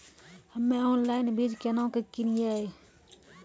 हम्मे ऑनलाइन बीज केना के किनयैय?